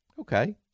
Okay